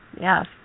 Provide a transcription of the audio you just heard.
Yes